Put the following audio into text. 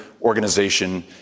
organization